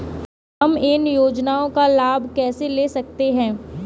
हम इन योजनाओं का लाभ कैसे ले सकते हैं?